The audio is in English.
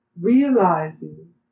realizing